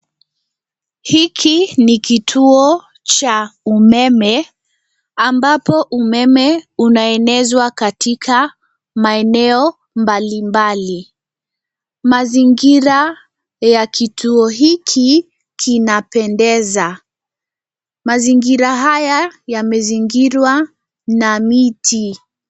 Hiki ni kituo cha umeme ambapo umeme unaenezwa katika maeneo mbali mbali. Mazingira ya kituo hiki kinapendeza. Mazingira haya yamezingirwa na miti.